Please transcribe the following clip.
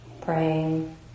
praying